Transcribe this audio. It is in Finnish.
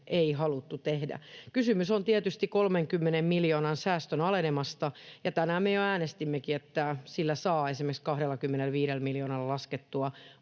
ei haluttu tehdä. Kysymys on tietysti 30 miljoonan säästön alenemasta, ja tänään me jo äänestimmekin, että sillä saa, esimerkiksi 25 miljoonalla, laskettua